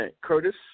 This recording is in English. Curtis